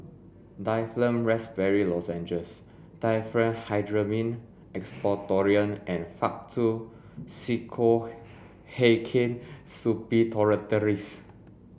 Difflam Raspberry Lozenges Diphenhydramine Expectorant and Faktu Cinchocaine Suppositories